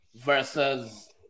versus